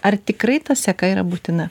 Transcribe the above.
ar tikrai ta seka yra būtina